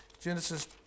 Genesis